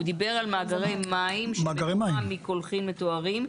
הוא דיבר על מאגרי מים שמתוכם מי קולחין מטוהרים.